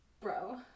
Bro